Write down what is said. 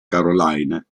caroline